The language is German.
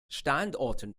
standorten